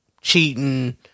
Cheating